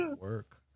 work